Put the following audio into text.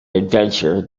adventure